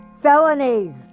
felonies